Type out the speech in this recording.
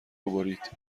برید